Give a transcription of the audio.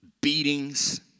beatings